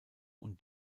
und